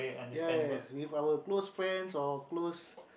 ya ya yes with our close friends or close